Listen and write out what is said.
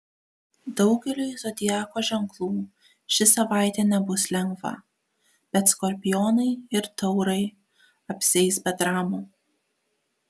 daugeliui zodiako ženklų ši savaitė nebus lengva bet skorpionai ir taurai apsieis be dramų